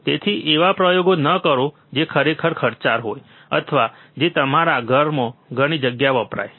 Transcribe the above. તેથી એવા પ્રયોગો ન કરો જે ખરેખર ખર્ચાળ હોય અથવા જે તમારા ઘરમાં ઘણી જગ્યા વપરાય છે